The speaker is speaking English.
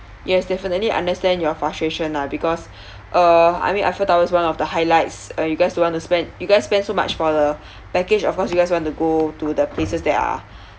yes definitely understand your frustration lah because uh I mean eiffel tower is one of the highlights and you guys do want to spend you guys spend so much for the package of course you guys want to go to the places that are